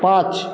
পাঁচ